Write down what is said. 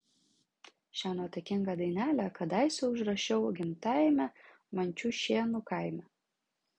šią nuotaikingą dainelę kadaise užrašiau gimtajame mančiušėnų kaime